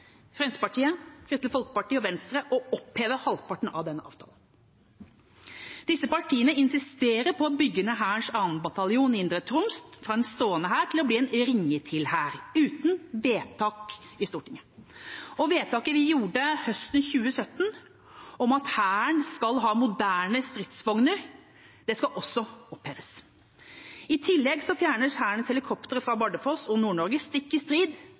Fremskrittspartiet, Kristelig Folkeparti og Venstre å oppheve halvparten av den avtalen. Disse partiene insisterer på å bygge ned Hærens 2. bataljon i Indre Troms fra en stående hær til å bli en ringe-til-hær, uten vedtak i Stortinget. Vedtaket vi gjorde høsten 2017, om at Hæren skal ha moderne stridsvogner, skal også oppheves. I tillegg fjernes Hærens helikoptre fra Bardufoss og Nord-Norge, stikk i strid